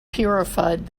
purified